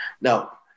Now